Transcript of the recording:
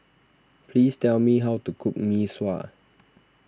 please tell me how to cook Mee Sua